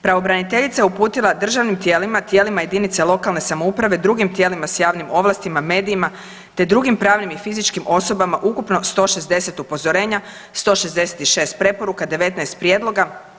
Pravobraniteljica je uputila državnim tijelima, tijelima jedinice lokalne samouprave, drugim tijelima s javnim ovlastima, medijima, te drugim pravnim i fizičkim osobama ukupno 160 upozorenja, 166 preporuka, 19 prijedloga.